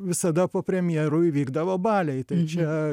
visada po premjerų įvykdavo baliai tai čia